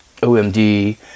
OMD